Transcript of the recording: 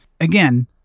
Again